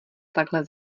takhle